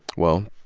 well,